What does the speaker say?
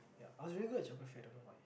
ya I was very good at geography I don't know why